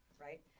Right